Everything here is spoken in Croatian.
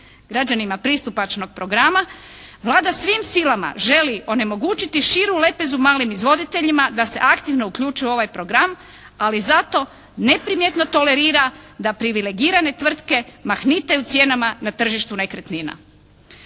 građanima pristupačnog programa Vlada svim silama želi onemogućiti širu lepezu malim izvoditeljima da se aktivno uključe u ovaj program, ali zato neprimjetno tolerira da privilegirane tvrtke mahnitaju cijenama na tržištu nekretnina.